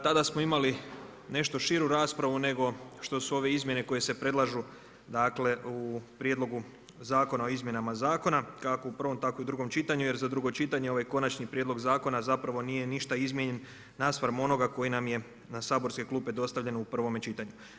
Tada smo imali nešto širu raspravu nego što su ove izmjene koje se predlažu u prijedlogu zakona o izmjenama zakona kako u prvom tako i u drugom čitanju jer za drugo čitanje ovaj konačni prijedlog zakona zapravo nije ništa izmijenjen naspram onoga koji nam je na saborske klupe dostavljen u prvome čitanju.